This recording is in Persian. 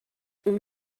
اون